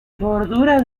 bordura